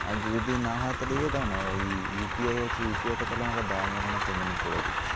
আর যদি না হয় তালে এ দাও না ওই ইউ পি আই আছে ইউ পি আই টা তালে আমাকে দাও আমি ওখানে পেমেন্ট করে দিচ্ছি